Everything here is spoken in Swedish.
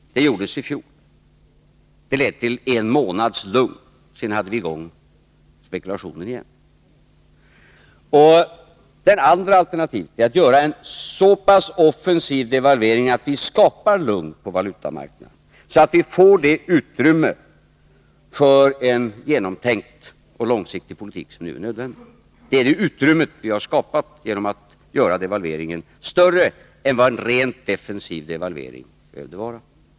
Det gjordes i fjol. Det ledde till en månads lugn. Sedan var spekulationen återigen i gång. Ett annat alternativ är att göra en så pass offensiv devalvering att vi skapar lugn på valutamarknaden och därigenom får det utrymme för en genomtänkt och långsiktig politik som nu är nödvändigt. Det är det utrymmet vi har skapat genom att göra devalveringen större än vad en rent defensiv devalvering behövde vara.